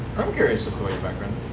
i'm curious as to what your background